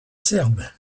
serbe